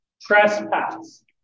trespass